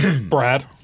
Brad